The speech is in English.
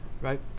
right